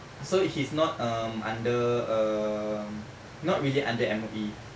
so he's not um under err not really under M_O_E